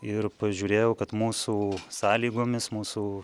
ir pažiūrėjau kad mūsų sąlygomis mūsų